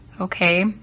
okay